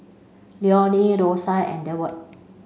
Leonie Dosia and Deward